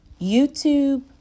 YouTube